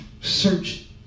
Search